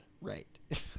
right